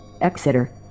Exeter